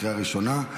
לקריאה ראשונה.